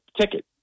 ticket